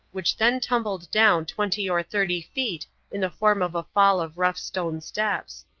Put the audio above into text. which then tumbled down twenty or thirty feet in the form of a fall of rough stone steps.